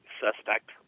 suspect